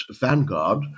vanguard